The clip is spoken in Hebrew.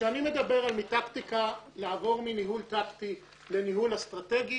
וכשאני מדבר על מעבר מניהול טקטי לניהול האסטרטגי,